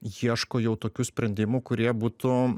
ieško jau tokių sprendimų kurie būtų